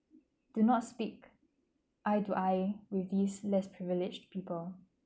do not speak eye to eye with these less privileged people